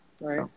right